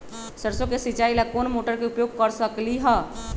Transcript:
सरसों के सिचाई ला कोंन मोटर के उपयोग कर सकली ह?